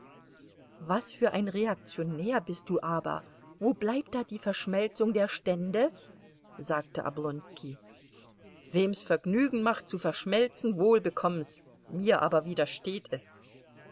was für ein reaktionär bist du aber wo bleibt da die verschmelzung der stände sagte oblonski wem's vergnügen macht zu verschmelzen wohl bekomm's mir aber widersteht es